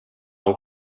och